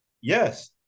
Yes